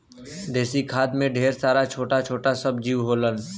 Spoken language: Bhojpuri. देसी खाद में ढेर सारा छोटा छोटा सब जीव होलन